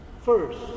First